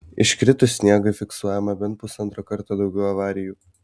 iškritus sniegui fiksuojama bent pusantro karto daugiau avarijų